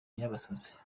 y’abasazi